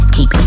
Keep